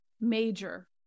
major